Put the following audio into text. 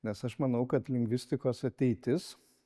nes aš manau kad lingvistikos ateitis